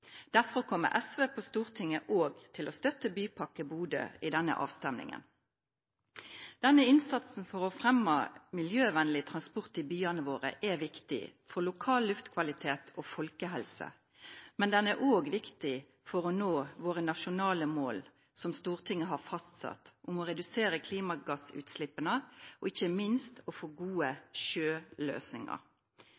Derfor kommer SV på Stortinget også til å støtte Bypakke Bodø i denne avstemningen. Denne innsatsen for å fremme miljøvennlig transport i byene våre er viktig for lokal luftkvalitet og folkehelse, men den er også viktig for å nå våre nasjonale mål som Stortinget har fastsatt, om å redusere klimagassutslippene – og ikke minst å få gode